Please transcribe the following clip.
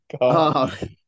God